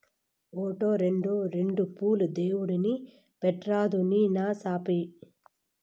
ఓటో, రోండో రెండు పూలు దేవుడిని పెట్రాదూ నీ నసాపి